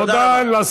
תודה רבה.